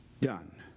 done